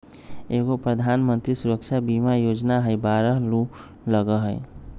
एगो प्रधानमंत्री सुरक्षा बीमा योजना है बारह रु लगहई?